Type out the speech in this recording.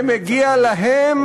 זה מגיע להם.